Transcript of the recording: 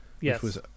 Yes